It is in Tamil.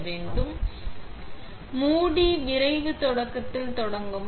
மூடி மூடி விரைவு தொடக்கத்தில் தொடங்கவும்